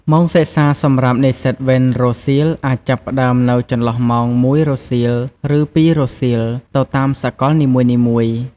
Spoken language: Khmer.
ម៉ោងសិក្សាសម្រាប់និស្សិតវេនរសៀល អាចចាប់ផ្តើមនៅចន្លោះម៉ោង ១ រសៀល ឬ ២ រសៀល ទៅតាមសកលនីមួយៗ។